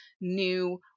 new